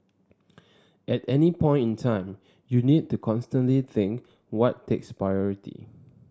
at any point in time you need to constantly think what takes priority